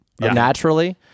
naturally